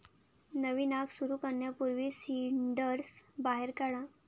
नवीन आग सुरू करण्यापूर्वी सिंडर्स बाहेर काढा